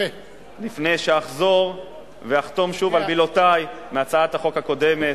לפני שאחזור ואחתום שוב על מילותי מהצעת החוק הקודמת,